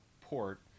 port